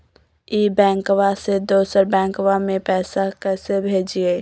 ई बैंकबा से दोसर बैंकबा में पैसा कैसे भेजिए?